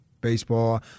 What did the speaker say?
Baseball